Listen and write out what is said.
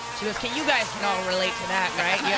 she goes, okay, you guys can all relate to that, right? yeah